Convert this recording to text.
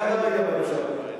גם אתה היית בממשלה הקודמת.